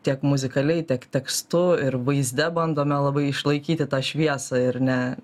tiek muzikaliai tiek tekstu ir vaizde bandome labai išlaikyti tą šviesą ir ne